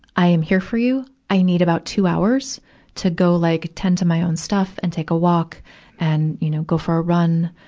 i am here for you. i need about two hours to go like tend to my own stuff and take a walk and, you know, go for a run,